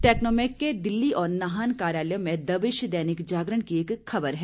टैक्नोमेक के दिल्ली और नाहन कार्यालय में दबिश दैनिक जागरण की एक खबर है